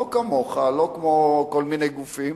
לא כמוך, לא כמו כל מיני גופים,